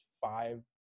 five